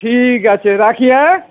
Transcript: ঠিক আছে রাখি অ্যাঁ